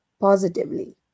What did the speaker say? positively